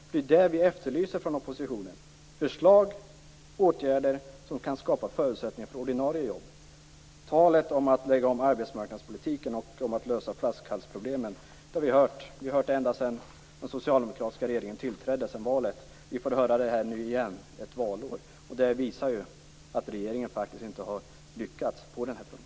Vi från oppositionen efterlyser förslag och åtgärder som kan skapa förutsättningar för ordinarie jobb. Talet om att lägga om arbetsmarknadspolitiken och om att lösa flaskhalsproblemen har vi hört ända sedan den socialdemokratiska regeringen tillträdde. Vi får höra det här igen - ett valår. Det visar ju att regeringen faktiskt inte har lyckats på denna punkt.